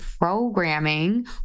programming